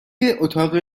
اتاق